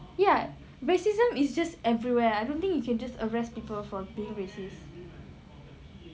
ya racism is just everywhere I don't think you can just arrest people for being racist